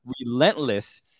relentless